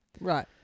Right